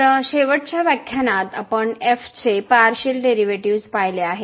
तर शेवटच्या व्याख्यानात आपण f चे पार्शिअल डेरिव्हेटिव्हज पाहिले आहेत